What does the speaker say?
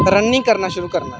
running करना शुरू करना एं